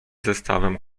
zestawem